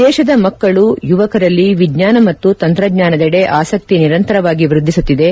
ದೇಶದ ಮಕ್ಕಳು ಯುವಕರಲ್ಲಿ ವಿಜ್ಞಾನ ಮತ್ತು ತಂತ್ರಜ್ಞಾನದೆಡೆ ಆಸಕ್ತಿ ನಿರಂತರವಾಗಿ ವೃದ್ದಿಸುತ್ತಿದೆ